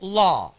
law